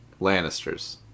Lannisters